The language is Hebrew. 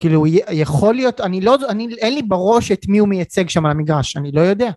כאילו הוא יכול להיות אני לא... אין לי בראש את מי הוא מייצג שם על המגרש אני לא יודע